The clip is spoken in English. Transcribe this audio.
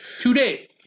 today